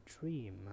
dream